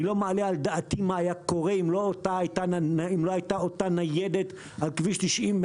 אני לא מעלה על דעתי מה היה קורה אם לא הייתה אותה ניידת על כביש 90,